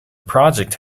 project